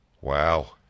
Wow